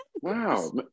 Wow